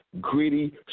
gritty